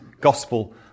gospel